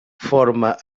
forma